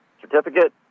certificate